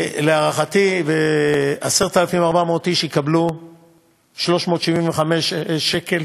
להערכתי, 10,400 איש יקבלו 375 שקל